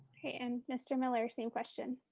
and mr. miller, same question.